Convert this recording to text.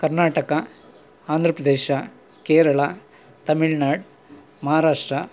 Karnataka Andhra Pradesh Kerala Tamil Nadu Maharashtra